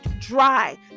dry